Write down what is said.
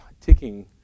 ticking